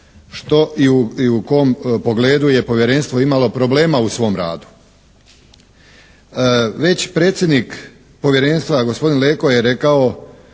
što i u kom pogledu je Povjerenstvo imalo problema u svom radu. Već predsjednik Povjerenstva gospodin Leko je rekao